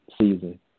season